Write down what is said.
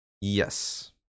Yes